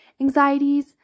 Anxieties